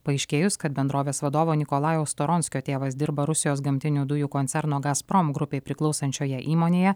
paaiškėjus kad bendrovės vadovo nikolajaus storonskio tėvas dirba rusijos gamtinių dujų koncerno gasprom grupei priklausančioje įmonėje